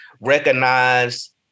recognize